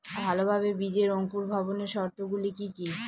ভালোভাবে বীজের অঙ্কুর ভবনের শর্ত গুলি কি কি?